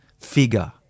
figure